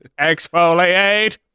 Exfoliate